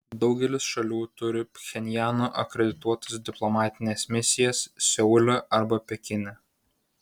daugelis šalių turi pchenjano akredituotas diplomatines misijas seule arba pekine